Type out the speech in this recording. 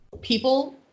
people